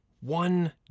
one